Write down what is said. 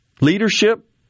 leadership